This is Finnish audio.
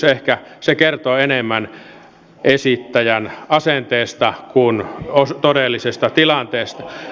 ehkä se kertoo enemmän esittäjän asenteesta kuin todellisesta tilanteesta